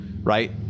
right